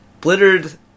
Blittered